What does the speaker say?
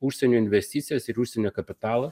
užsienio investicijas ir užsienio kapitalą